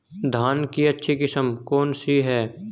धान की अच्छी किस्म कौन सी है?